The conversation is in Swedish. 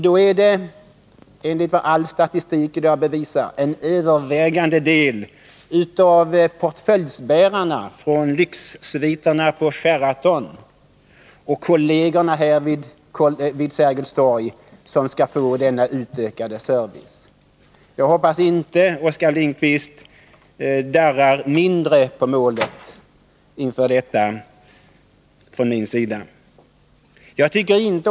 Då är det, enligt vad all statistik i dag bevisar — en övervägande del av portföljbärarna från lyxsviterna på Sheraton och kollegerna här vid Sergels torg som skall få denna utökade service. Jag hoppas inte Oskar Lindkvist darrar mindre på målet inför denna uppgift från min sida.